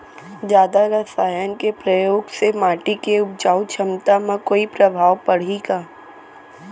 जादा रसायन के प्रयोग से माटी के उपजाऊ क्षमता म कोई प्रभाव पड़ही का?